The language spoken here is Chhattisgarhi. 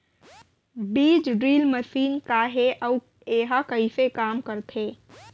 बीज ड्रिल मशीन का हे अऊ एहा कइसे काम करथे?